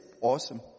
awesome